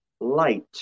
light